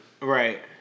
Right